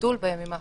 לזה הם מסכימים,